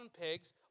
pigs